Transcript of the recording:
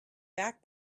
back